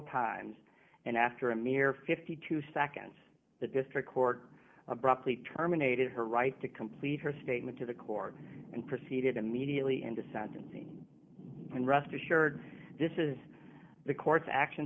times and after a mere fifty two seconds the district court abruptly terminated her right to complete her statement to the court and proceeded immediately into sentencing and rest assured this is the court's action